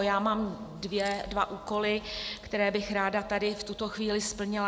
Já mám dva úkoly, které bych ráda tady v tuto chvíli splnila.